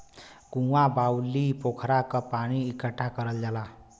कुँआ, बाउली, पोखरा क पानी इकट्ठा करल जाला